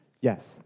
Yes